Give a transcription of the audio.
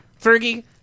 Fergie